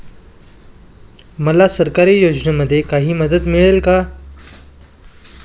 मला सरकारी योजनेमध्ये काही मदत मिळेल का?